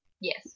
Yes